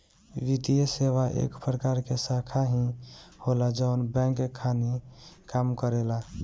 वित्तीये सेवा एक प्रकार के शाखा ही होला जवन बैंक खानी काम करेला